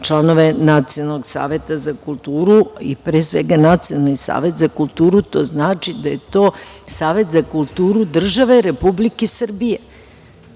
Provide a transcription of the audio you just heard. članove Nacionalnog saveta za kulturu. Pre svega, Nacionalni savet za kulturu znači da je to savet za kulturu države Republike Srbije